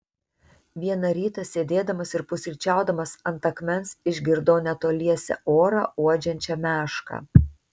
vieną rytą sėdėdamas ir pusryčiaudamas ant akmens išgirdau netoliese orą uodžiančią mešką